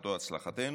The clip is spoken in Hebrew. הצלחתו הצלחתנו.